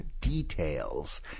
details